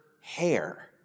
hair